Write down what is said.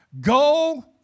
go